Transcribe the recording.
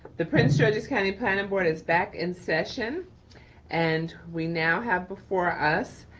the prince george's county planning board is back in session and we now have before us,